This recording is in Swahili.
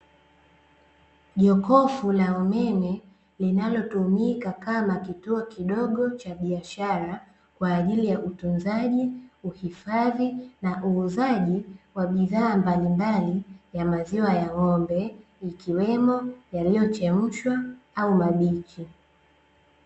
Jokofu la umeme linalotumika kama kituo kidogo cha biashara kwa ajili ya utunzaji ,uhifadhi ,na uuzaji wa bidhaa mbalimbali ya maziwa ya ng'ombe ikiwemo; yaliyochemshwa au mabichi.